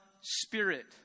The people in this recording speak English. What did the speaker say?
Spirit